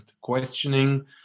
questioning